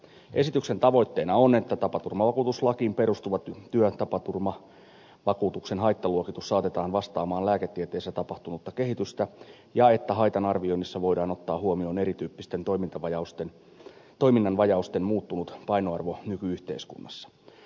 esityksen tavoitteena on että tapaturmavakuutuslakiin perustuva työtapaturmavakuutuksen haittaluokitus saatetaan vastaamaan lääketieteessä tapahtunutta kehitystä ja että haitan arvioinnissa voidaan ottaa huomioon erityyppisten toiminnan vajausten muuttunut painoarvo nyky yhteiskunnassa